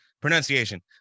pronunciation